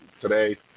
Today